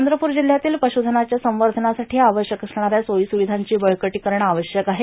चंद्रपूर जिल्ह्यातील पश्चधनाच्या संवर्धनासाठी आवश्यक असणाऱ्या सोयीसुविधांची बळकटी करणं आवश्यक आहे